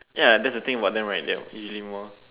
ya that's the thing about them right they are easily more